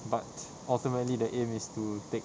but ultimately the aim is to take